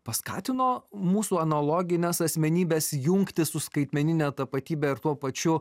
paskatino mūsų analogines asmenybes jungtis su skaitmenine tapatybe ir tuo pačiu